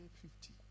fifty